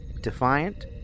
Defiant